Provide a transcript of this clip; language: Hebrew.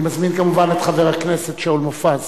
אני מזמין את חבר הכנסת שאול מופז